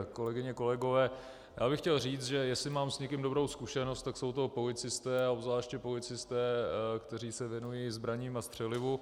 Kolegyně, kolegové, já bych chtěl říct, že jestli mám s někým dobrou zkušenost, tak jsou to policisté, a obzvláště policisté, kteří se věnují zbraním a střelivu.